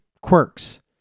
quirks